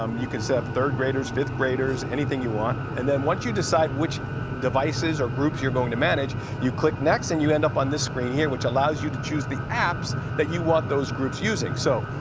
um you can set up third graders, fifth graders, anything you want. and then once you decide which devices or groups you're going to manage, you click next and you end up on this screen here, which allows you to choose the apps that you want those groups using. so,